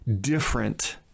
different